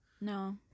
No